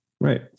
Right